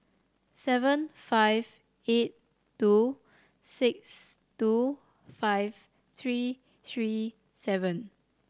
seven five eight two six two five three three seven